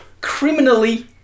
Criminally